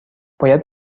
باید